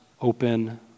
open